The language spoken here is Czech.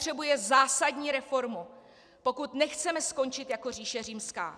EU potřebuje zásadní reformu, pokud nechceme skončit jako říše římská.